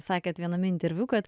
sakėt viename interviu kad